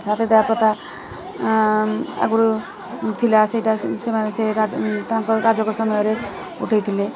ସତୀଦାହା ପ୍ରଥା ଆଗରୁ ଥିଲା ସେଇଟା ସେମାନେ ସେ ରାଜ ତାଙ୍କ ରାଜକ ସମୟରେ ଉଠାଇଥିଲେ